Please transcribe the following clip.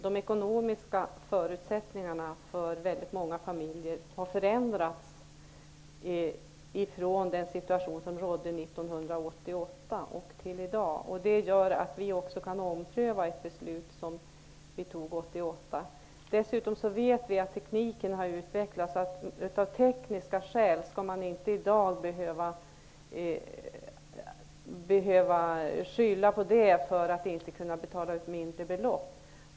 De ekonomiska förutsättningarna för väldigt många familjer har ju förändrats jämfört med situationen 1988 och fram till i dag. Det gör att vi också kan ompröva ett beslut som fattades 1988. Dessutom vet vi att tekniken har utvecklats. I dag skall man inte behöva anföra tekniska skäl när det gäller att inte betala ut mindre belopp.